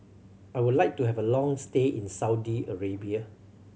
I would like to have a long stay in Saudi Arabia